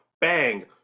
bang